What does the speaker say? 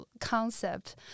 concept